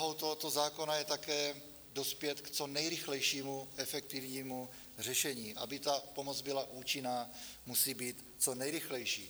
Snahou tohoto zákona je také dospět k co nejrychlejšímu efektivnímu řešení, aby pomoc byla účinná, musí být co nejrychlejší.